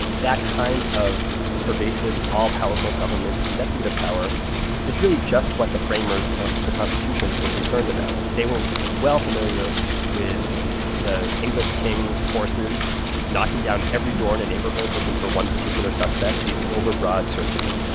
that kind of pervasive all-powerful government investigative power is really just what the framers of the constitution were concerned about. they were well familiar with the english king's forces knocking down every door in a neighborhood looking for one particular suspect, these overbroad searches.